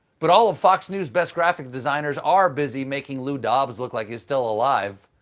but all of fox news' best graphic designers are busy making lou dobbs look like he's still alive.